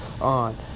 on